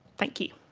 thank you.